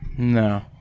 No